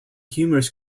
humorous